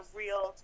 real